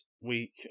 week